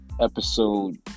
Episode